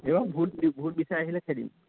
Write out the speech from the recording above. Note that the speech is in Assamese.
এইবাৰ ভোট ভোট বিচাৰি আহিলে খেদিম